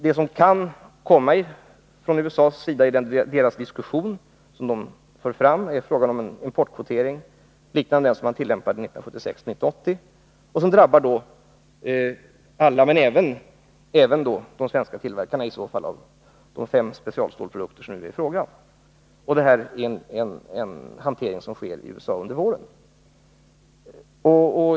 Det som kan komma fram från USA:s sida är ett förslag om importkvotering, liknande den som tillämpades 1976-1981 och som skulle drabba alla, också de svenska tillverkarna av de fem specialstålsprodukter som det nu är fråga om. Det är en process som äger rum i USA under våren.